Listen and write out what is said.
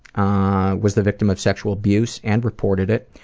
ah was the victim of sexual abuse and reported it.